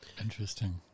Interesting